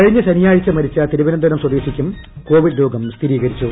കഴിഞ്ഞ ശനിയാഴ്ച മരിച്ച തിരുവനന്തപുരം സ്വദേശിക്കും രോഗം സ്ഥിരീകരിച്ചു